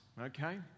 okay